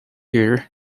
year